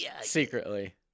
Secretly